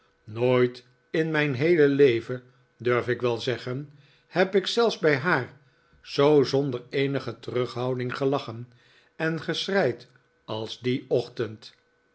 nooit in mijn heele leven durf ik wel zeggen heb ik zelfs bij haar zoo zonder eenige terughouding gelachen en geschreid als dien ochtend